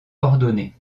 ordonnée